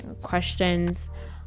questions